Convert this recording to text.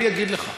אני אגיד לך.